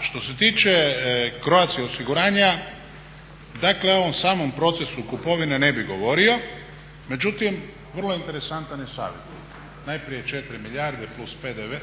što se tiče Croatia osiguranja, dakle o ovom samom procesu kupovine ne bih govorio, međutim vrlo interesantan je savjet, najprije